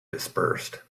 dispersed